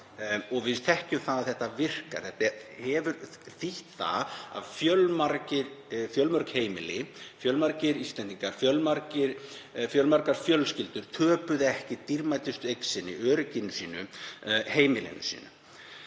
og við þekkjum að þetta virkar. Þetta hefur þýtt það að fjölmörg heimili, fjölmargir Íslendingar, fjölmargar fjölskyldur töpuðu ekki dýrmætustu eign sinni, öryggi sínu, heimili sínu.